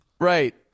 Right